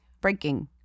Breaking